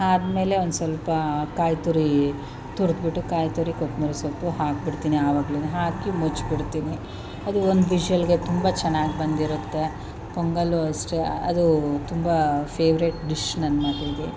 ಆದ್ಮೇಲೆ ಒಂದು ಸ್ವಲ್ಪ ಕಾಯಿ ತುರಿ ತುರಿದ್ಬಿಟ್ಟು ಕಾಯಿ ತುರಿ ಕೊತ್ತಂಬರಿ ಸೊಪ್ಪು ಹಾಕ್ಬಿಡ್ತೀನಿ ಆವಾಗಲೇನೆ ಹಾಕಿ ಮುಚ್ಬಿಡ್ತೀನಿ ಅದು ಒಂದು ವಿಷಲ್ಗೆ ತುಂಬ ಚೆನ್ನಾಗಿ ಬಂದಿರುತ್ತೆ ಪೊಂಗಲ್ಲು ಅಷ್ಟೆ ಅದೂ ತುಂಬ ಫೇವ್ರೆಟ್ ಡಿಶ್ ನನ್ನ ಮಗಳಿಗೆ